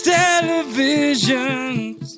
televisions